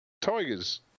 Tigers